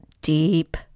Deep